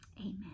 Amen